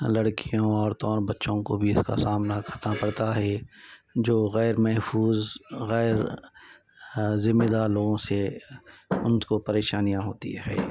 لڑکیوں عورتوں اور بچوں کو بھی اس کا سامنا کرنا پڑتا ہے جو غیر محفوظ غیر ذمہ دار لوگوں سے ان کو پریشانیاں ہوتی ہیں